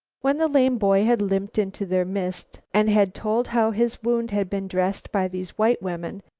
when the lame boy had limped into their midst, and had told how his wound had been dressed by these white women,